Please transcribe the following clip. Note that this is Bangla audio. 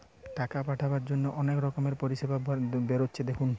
টাকা পাঠাবার জন্যে অনেক রকমের পরিষেবা বেরাচ্ছে দেখুন